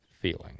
feeling